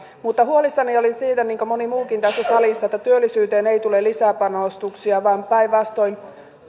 mutta huolissani olin siitä niin kuin moni muukin tässä salissa että työllisyyteen ei tule lisäpanostuksia vaan päinvastoin